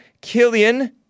Killian